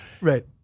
right